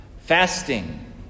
Fasting